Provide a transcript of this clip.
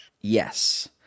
Yes